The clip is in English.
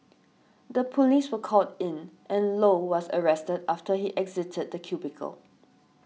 the police were called in and Low was arrested after he exited the cubicle